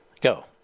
Go